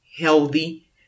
healthy